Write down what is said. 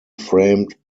framed